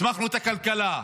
הצמחנו את הכלכלה,